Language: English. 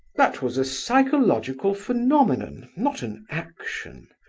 that was a psychological phenomenon, not an action,